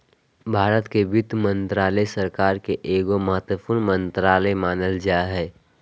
भारत के वित्त मन्त्रालय, सरकार के एगो महत्वपूर्ण मन्त्रालय मानल जा हय